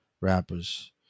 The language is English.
rappers